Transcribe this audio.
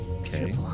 Okay